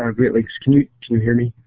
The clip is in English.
ah great lakes can you can you hear me?